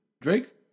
Drake